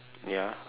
ya